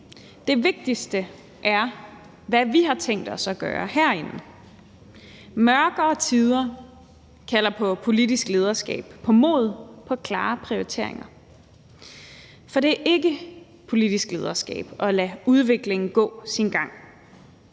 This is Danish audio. Det vigtigste er, hvad vi har tænkt os at gøre herinde. Mørkere tider kalder på politisk lederskab, på mod, på klare prioriteringer, for det er ikke politisk lederskab at lade udviklingen gå sin gang.